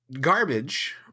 Garbage